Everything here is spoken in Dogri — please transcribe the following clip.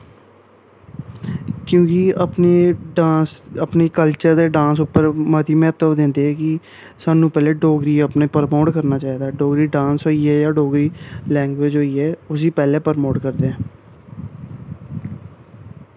क्योंकि अपने डांस अपने कल्चर दे डांस उप्पर मती म्हत्तव दिंदे ऐ कि सानू पैह्लें डोगरी अपने प्रमोट करना चाहिदा डोगरी डांस होई गे जां डोगरी लैंग्वेज होई गे उसी पैह्लें प्रमोट करदे ऐ